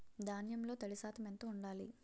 ధాన్యంలో తడి శాతం ఎంత ఉండాలి?